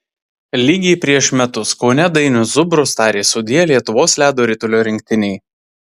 lygiai prieš metus kaune dainius zubrus tarė sudie lietuvos ledo ritulio rinktinei